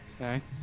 Okay